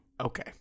Okay